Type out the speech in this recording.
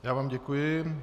Já vám děkuji.